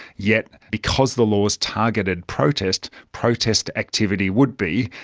yet because the laws targeted protest, protest activity would be.